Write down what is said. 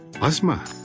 Asma